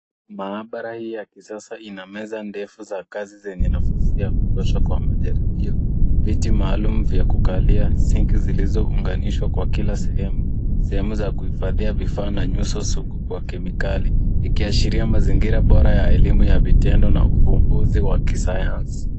Maabara hii ya kisasa ina meza ndefu za kazi zenye nafasi ya kutosha ya majaribio, viti maalum vya kukalia, sinki zilizounganishwa kwa kila sehemu, sehemu za kuhifadhia vifaa na nyuso sugu kwa kemikali ikiashiria mazingira bora ya elimu ya vitendo na uvumbuzi wa kisayansi.